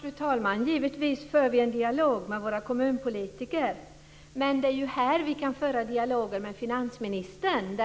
Fru talman! Givetvis för vi en dialog med våra kommunpolitiker. Men det är ju här som vi kan föra en dialog med finansministern.